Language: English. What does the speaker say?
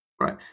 right